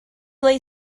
lay